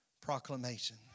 proclamation